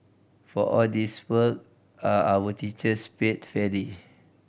for all this work are our teachers paid fairly